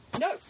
No